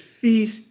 feast